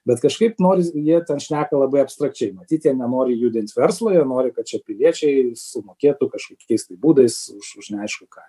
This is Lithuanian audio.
bet kažkaip nors jie ten šneka labai abstrakčiai matyt jie nenori judint verslo jie nori kad čia piliečiai sumokėtų kažkokiais tai būdais už už neaišku ką